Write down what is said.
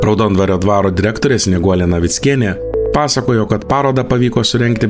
raudondvario dvaro direktorė snieguolė navickienė pasakojo kad parodą pavyko surengti